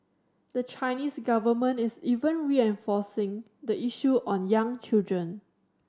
the Chinese government is even reinforcing the issue on young children